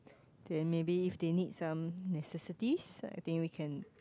then maybe if they need some necessities I think we can